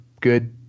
good